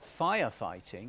firefighting